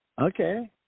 Okay